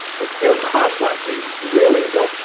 like those contact meetings really and go.